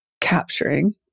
capturing